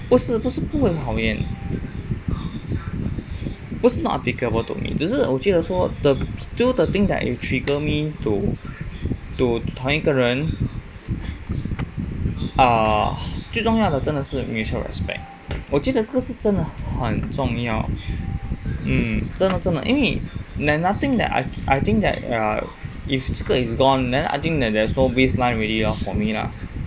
不是不是不会讨厌不是 not applicable to me 只是我觉得说 the still the thing that trigger me to to 讨厌一个人 err 最重要的真的是 mutual respect 我觉得这个真的是很重要真的真的因为 there is nothing that I think that err if 这个 is gone then I think that there's no baseline for me already lor for me lah